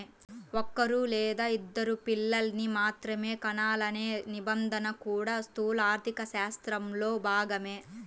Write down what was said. ఒక్కరూ లేదా ఇద్దరు పిల్లల్ని మాత్రమే కనాలనే నిబంధన కూడా స్థూల ఆర్థికశాస్త్రంలో భాగమే